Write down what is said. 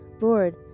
Lord